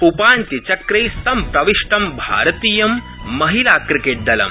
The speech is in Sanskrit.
उपान्त्यचक्रे संप्रविष्टं भारतीयं महिलाक्रिकेटदलम